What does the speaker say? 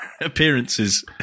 appearances